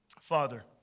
Father